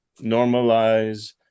normalize